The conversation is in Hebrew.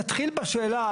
נתחיל בשאלה,